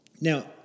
Now